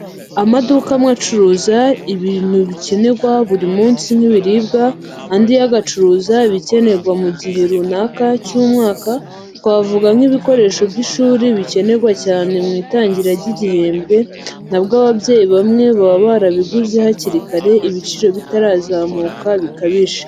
Amaduka amwe acuruza ibintu bikenerwa buri munsi nk'ibiribwa, andi yo agacuruza ibikenerwa mu gihe runaka cy'umwaka, twavuga nk'ibikoresho by'ishuri bikenerwa cyane mu itangira ry'igihembwe, na bwo ababyeyi bamwe baba barabiguze hakiri kare, ibiciro bitarazamuka bikabije.